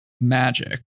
magic